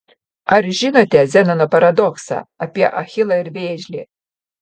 ar žinote zenono paradoksą apie achilą ir vėžlį